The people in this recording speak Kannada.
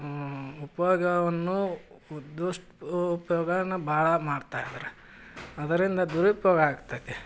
ಉಪಯೋಗವನ್ನು ಉದ್ದುಷ್ಟ್ ಉಪಯೋಗವನ್ನ ಭಾಳ ಮಾಡ್ತಾ ಇದಾರೆ ಅದರಿಂದ ದುರುಪಯೋಗ ಆಗ್ತೈತಿ